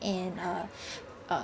and uh uh